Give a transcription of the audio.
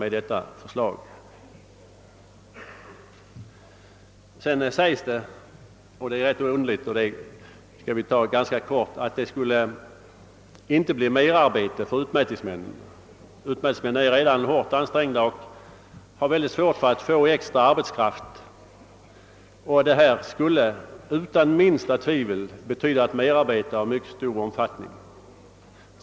Det sägs också i propositionen — vilket är rätt förvånande — att de åtgärder som följer av förslaget inte skulle medföra något merarbete för utmätningsmännen. Utmätningsmännen är redan hårt ansträngda och har mycket svårt att få extra arbetskraft. Det här framlagda förslaget skulle utan minsta tvivel betyda ett merarbete av mycket stor omfattning.